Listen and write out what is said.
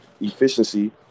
efficiency